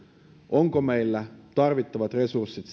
onko meillä tarvittavat resurssit